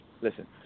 Listen